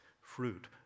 fruit